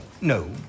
no